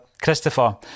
Christopher